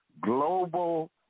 Global